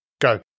go